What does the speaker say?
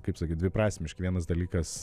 kaip sakyt dviprasmiški vienas dalykas